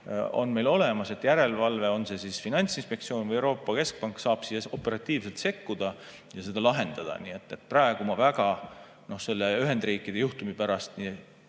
on meil olemas. Järelevalve, on see siis Finantsinspektsioon või Euroopa Keskpank, saab operatiivselt sekkuda ja seda lahendada. Nii et praegu ma väga selle Ühendriikide juhtumi pärast